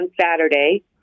Saturday